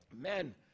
men